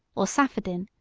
or saphadin,